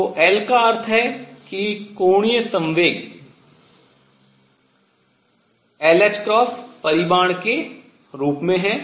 तो l का अर्थ है कि कोणीय संवेग l परिमाण के रूप में है